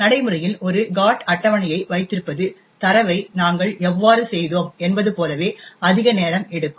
நடைமுறையில் ஒரு GOT அட்டவணையை வைத்திருப்பது தரவை நாங்கள் எவ்வாறு செய்தோம் என்பது போலவே அதிக நேரம் எடுக்கும்